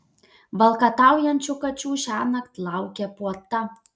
valkataujančių kačių šiąnakt laukia puota